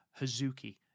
Hazuki